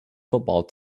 football